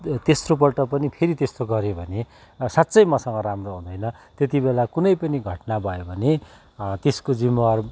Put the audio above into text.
तेस्रोपल्ट पनि फेरि त्यस्तो गऱ्यो भने साँच्चै मसँग राम्रो हुँदैन त्यति बेला कुनै पनि घटना भयो भने त्यसको जिम्मावार